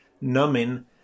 numbing